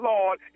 Lord